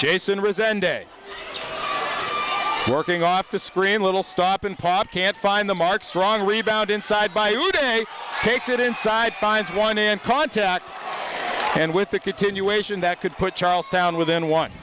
jason resent day working off the screen little stop and pop can't find the mark strong rebound inside by takes it inside finds one in contact and with a continuation that could put charles down